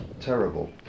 terrible